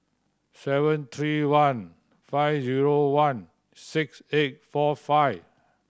seven three one five zero one six eight four five